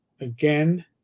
again